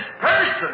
person